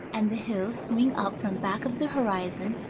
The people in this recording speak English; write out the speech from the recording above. and the hills swing up from back of the horizon,